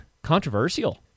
Controversial